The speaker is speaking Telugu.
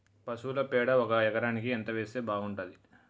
పశువుల పేడ ఒక ఎకరానికి ఎంత వేస్తే బాగుంటది?